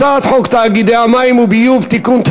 הצעת חוק תאגידי מים וביוב (תיקון,